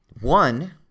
One